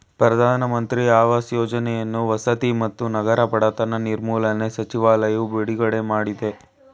ಪ್ರಧಾನ ಮಂತ್ರಿ ಆವಾಸ್ ಯೋಜನೆಯನ್ನು ವಸತಿ ಮತ್ತು ನಗರ ಬಡತನ ನಿರ್ಮೂಲನೆ ಸಚಿವಾಲಯವು ಬಿಡುಗಡೆ ಮಾಡಯ್ತೆ